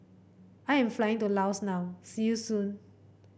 I am flying to Laos now see you soon